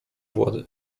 władzy